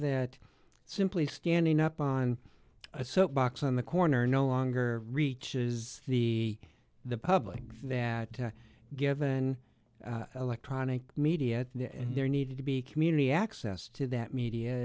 that simply standing up on a soapbox on the corner no longer reaches the the public that given electronic media there needed to be community access to that media